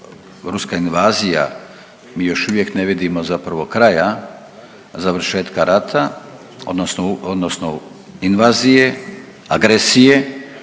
ruska invazija, mi još uvijek ne vidimo zapravo kraja završetka rata odnosno odnosno invazije, agresije,